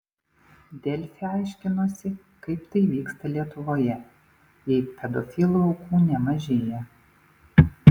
delfi aiškinosi kaip tai vyksta lietuvoje jei pedofilų aukų nemažėja